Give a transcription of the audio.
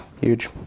huge